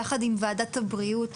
יחד עם ועדת הבריאות,